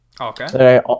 Okay